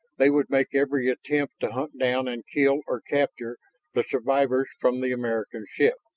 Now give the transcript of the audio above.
they would make every attempt to hunt down and kill or capture the survivors from the american ship.